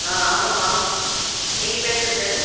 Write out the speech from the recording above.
ஆ ஆமாம்மா நீங்கள் பேசுகிறது யார்